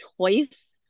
choice